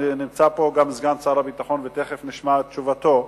ונמצא פה גם סגן שר הביטחון ותיכף נשמע את תשובתו,